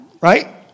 right